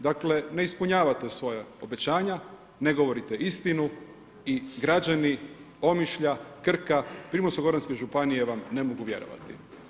Dakle ne ispunjavate svoja obećanja, ne govorite istinu i građani Omišlja, Krka, primorsko-goranske županije vam ne mogu vjerovati.